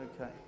Okay